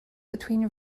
between